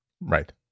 Right